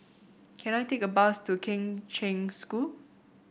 can I take a bus to Kheng Cheng School